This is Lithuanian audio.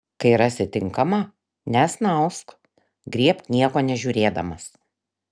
kai rasi tinkamą nesnausk griebk nieko nežiūrėdamas